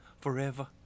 forever